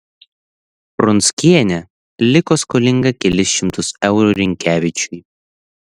pronckienė liko skolinga kelis šimtus eurų rynkevičiui